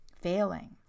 failing